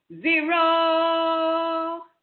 zero